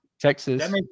Texas